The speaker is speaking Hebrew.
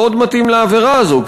מאוד מתאים לעבירה הזאת.